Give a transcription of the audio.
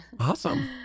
Awesome